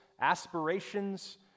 aspirations